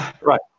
right